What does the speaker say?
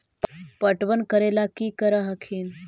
पटबन करे ला की कर हखिन?